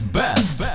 best